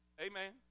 Amen